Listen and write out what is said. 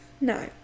No